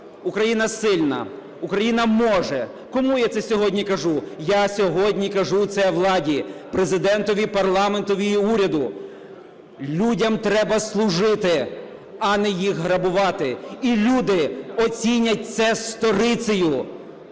Україна сильна. Україна може. Кому я це сьогодні кажу? Я сьогодні кажу це владі, Президентові, парламентові і уряду. Людям треба служити, а не їх грабувати і люди оцінять це сторицею.